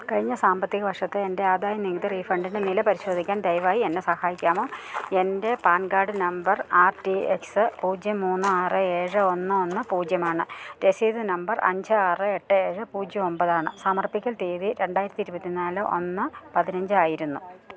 കഴിഞ്ഞ സാമ്പത്തിക വർഷത്തെ എന്റെ ആദായ നികുതി റീഫണ്ടിന്റെ നില പരിശോധിക്കാൻ ദയവായി എന്നെ സഹായിക്കാമോ എന്റെ PAN card number R T X പൂജ്യം മൂന്ന് ആറ് ഏഴ് ഒന്ന് ഒന്ന് പൂജ്യമാണ് രസീത് നമ്പർ അഞ്ച് ആറ് എട്ട് ഏഴ് പൂജ്യം ഒൻപതാണ് സമർപ്പിക്കൽ തീയതി രണ്ടായിരത്തി ഇരുപത്തി നാല് ഒന്ന് പതിനഞ്ച് ആയിരുന്നു